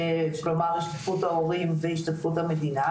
כלומר השתתפות ההורים והשתתפות המדינה,